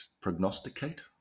prognosticate